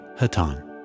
Hatan